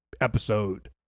episode